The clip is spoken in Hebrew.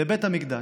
לבית המקדש.